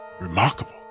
Remarkable